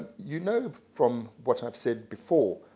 you know, from what i've said before,